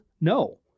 No